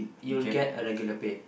you'll get a regular pay